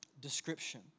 description